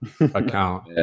account